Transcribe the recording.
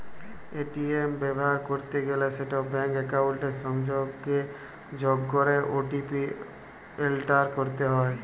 ATM ব্যাভার ক্যরতে গ্যালে সেট ব্যাংক একাউলটের সংগে যগ ক্যরে ও.টি.পি এলটার ক্যরতে হ্যয়